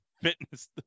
fitness